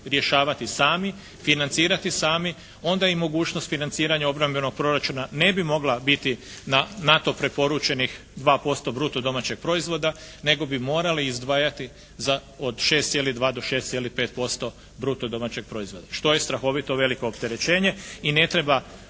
rješavati sami, financirati sami, onda i mogućnost financiranja obrambenog proračuna ne bi mogla biti na NATO preporučenih 2% bruto domaćeg proizvoda nego bi morali izdvajati za od 6,2 do 6,5% bruto domaćeg proizvoda što je strahovito veliko opterećenje i ne treba